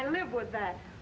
i live with that